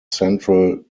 central